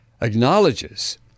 acknowledges